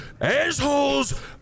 assholes